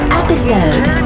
episode